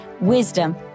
Wisdom